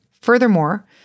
Furthermore